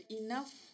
enough